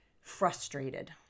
frustrated